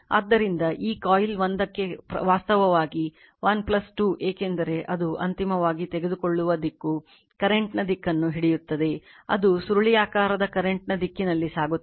ಆದ್ದರಿಂದ ಈ ಕಾಯಿಲ್ 1 ಗೆ ವಾಸ್ತವವಾಗಿ 1 2 ಏಕೆಂದರೆ ಇದು ಅಂತಿಮವಾಗಿ ತೆಗೆದುಕೊಳ್ಳುವ ದಿಕ್ಕು ಕರೆಂಟ್ ನ ದಿಕ್ಕನ್ನು ಹಿಡಿಯುತ್ತದೆ ಅದು ಸುರುಳಿಯಾಕಾರದ ಕರೆಂಟ್ ನ ದಿಕ್ಕಿನಲ್ಲಿ ಸಾಗುತ್ತದೆ